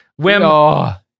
Wim